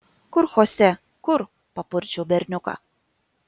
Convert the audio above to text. kur chose kur papurčiau berniuką